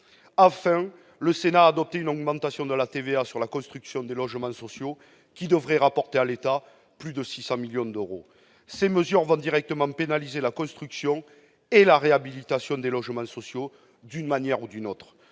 Enfin, le Sénat a adopté une augmentation de la TVA sur la construction de logements sociaux qui devrait rapporter à l'État plus de 600 millions d'euros. Ces mesures vont directement pénaliser la construction et la réhabilitation de logements sociaux, d'une manière ou d'une autre.